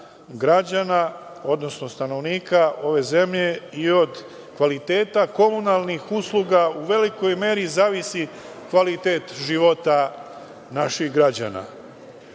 odnosno stanovnika ove zemlje i od kvaliteta komunalnih usluga u velikoj meri zavisi kvalitet života naših